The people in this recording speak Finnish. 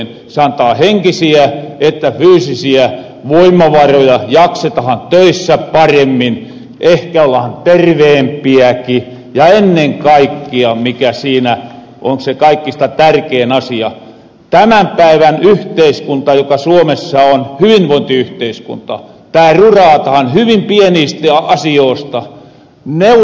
se antaa sekä henkisiä että fyysisiä voimavaroja jaksetahan töissä paremmin ehkä ollaan terveempiäki ja ennen kaikkia mikä siinä on se kaikista tärkein asia tämän päivän yhteiskunta joka suomessa on hyvinvointiyhteiskunta tääl ruraatahan hyvin pienistä asioosta